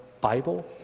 Bible